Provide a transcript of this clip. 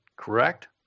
Correct